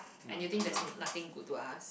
and you think there's nothing good to ask